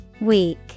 Weak